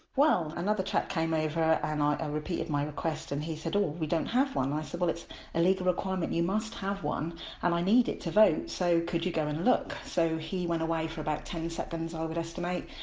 well another chap came over and i repeated my request and he said ooh we don't have one. and i said, well it's a legal requirement you must have one and i need it to vote, so could you go and look. so he went away for about ten seconds, i would estimate,